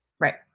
Right